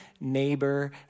neighbor